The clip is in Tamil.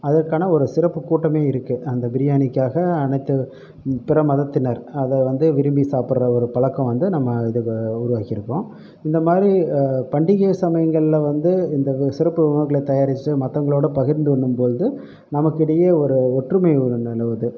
அதற்கான ஒரு சிறப்பு கூட்டமே இருக்குது அந்த பிரியாணிக்காக அனைத்து பிற மதத்தினர் அதை வந்து விரும்பி சாப்பிடுற ஒரு பழக்கம் வந்து நம்ம இது உருவாக்கி இருக்கோம் இந்த மாதிரி பண்டிகை சமயங்களில் வந்து இந்த சிறப்பு உணவுகளை தயாரிச்சு மற்றவங்களோட பகிர்ந்துண்ணும் போது நமக்கிடையே ஒரு ஒற்றுமை ஒன்று நிலவுது